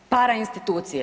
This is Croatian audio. Para institucije.